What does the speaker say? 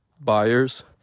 buyers